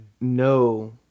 No